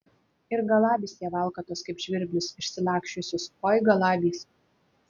ir galabys tie valkatos kaip žvirblius išsilaksčiusius oi galabys